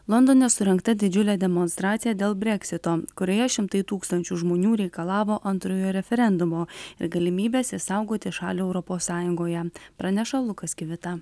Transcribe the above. londone surengta didžiulė demonstracija dėl breksito kurioje šimtai tūkstančių žmonių reikalavo antrojo referendumo ir galimybės išsaugoti šalį europos sąjungoje praneša lukas kivita